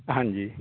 ਹਾਂਜੀ